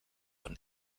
von